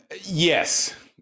Yes